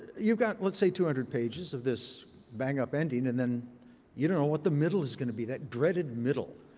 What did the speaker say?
you've got let's say two hundred pages of this bang-up ending, and you don't know what the middle is going to be, that dreaded middle.